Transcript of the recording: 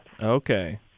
Okay